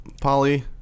Polly